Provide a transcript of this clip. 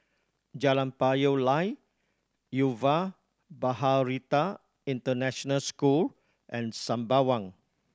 Jalan Payoh Lai Yuva Bharati International School and Sembawang